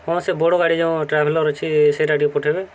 ହଁ ସେ ବଡ଼ ଗାଡ଼ି ଯେଉଁ ଟ୍ରାଭେଲର ଅଛି ସେଇଟା ଟିକେ ପଠେଇବେ